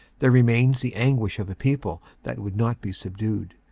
there remains the anguish of a people that would not be subdued.